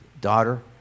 daughter